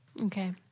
Okay